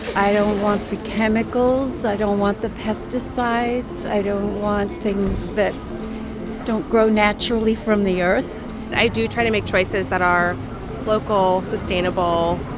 i don't want the chemicals. i don't want the pesticides. i don't want things that don't grow naturally from the earth i do try to make choices that are local, sustainable,